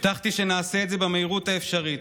הבטחתי שנעשה את זה במהירות האפשרית,